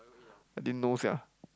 I didn't know sia